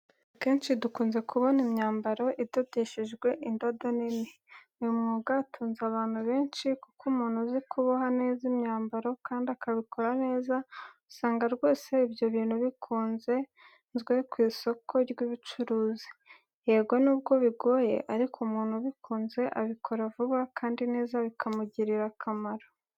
Akenshi dukunze kubona imyambaro idodeshejwe indodo nini. Uyu mwuga utunze abantu benshi kuko umuntu uzi kuboha neza imyambaro kandi akabikora neza usanga rwose ibyo bintu bikunzwe ku isoko ry'ubucurizi. Yego nubwo bigoye ariko umuntu ubikunze abikora vuba kandi neza bikamugirira akamaro.